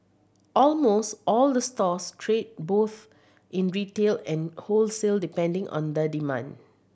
almost all the stores trade both in retail and wholesale depending on the demand